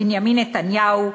בנימין נתניהו,